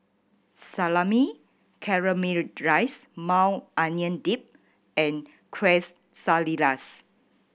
Salami Caramelized Maui Onion Dip and Quesadillas